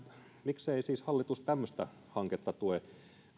miksei siis hallitus tämmöistä hanketta tue